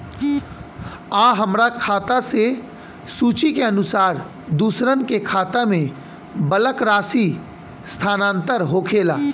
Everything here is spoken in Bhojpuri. आ हमरा खाता से सूची के अनुसार दूसरन के खाता में बल्क राशि स्थानान्तर होखेला?